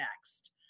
next